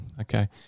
okay